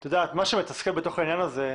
מה שמתסכל בתוך העניין הזה,